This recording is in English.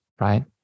right